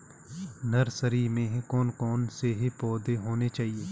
Nursery में कौन कौन से पौधे होने चाहिए?